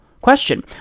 question